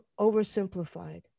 oversimplified